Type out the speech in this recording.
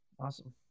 Awesome